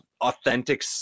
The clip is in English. authentic